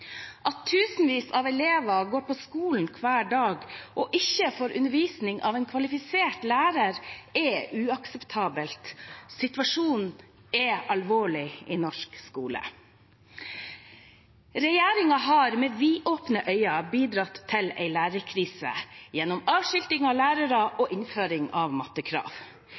At tusenvis av elever går på skolen hver dag og ikke får undervisning av en kvalifisert lærer, er uakseptabelt. Situasjonen er alvorlig i norsk skole. Regjeringen har med vidåpne øyne bidratt til en lærerkrise gjennom avskilting av lærere og innføring av mattekrav.